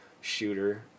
shooter